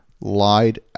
lied